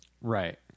Right